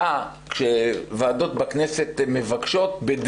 כשוועדות בכנסת מבקשות הוראות שעה,